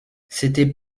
c’était